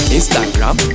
Instagram